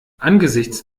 angesichts